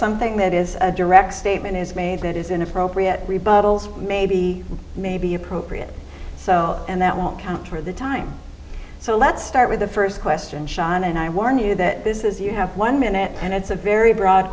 something that is a direct statement is made that is inappropriate rebuttals maybe maybe appropriate so and that won't count for the time so let's start with the first question xan and i warn you that this is you have one minute and it's a very broad